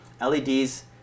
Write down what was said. LEDs